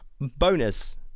bonus